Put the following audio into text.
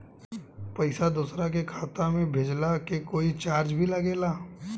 पैसा दोसरा के खाता मे भेजला के कोई चार्ज भी लागेला?